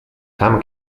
tam